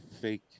fake